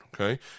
okay